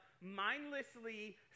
mindlessly